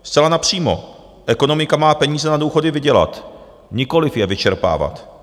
Zcela napřímo, ekonomika má peníze na důchody vydělat, nikoliv je vyčerpávat.